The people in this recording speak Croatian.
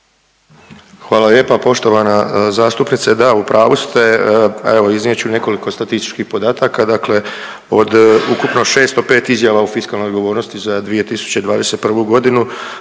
Hvala lijepa poštovana zastupnice, da u pravu ste. Evo iznijet ću nekoliko statističkih podataka. Dakle, od ukupno 605 izjava o fiskalnoj odgovornosti za 2021. godinu